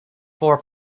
for